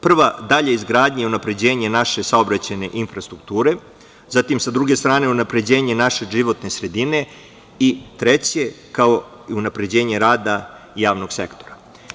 Prva - dalja izgradnja i unapređenje naše saobraćajne infrastrukture, druga - unapređenje naše životne sredine i treća - unapređenje rada javnog sektora.